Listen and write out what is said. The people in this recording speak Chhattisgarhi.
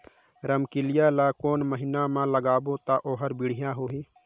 रमकेलिया ला कोन महीना मा लगाबो ता ओहार बेडिया होही?